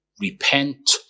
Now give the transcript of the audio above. Repent